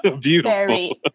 beautiful